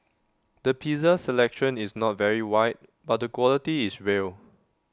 the pizza selection is not very wide but the quality is real